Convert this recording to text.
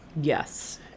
Yes